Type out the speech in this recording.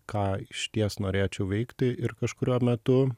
ką išties norėčiau veikti ir kažkuriuo metu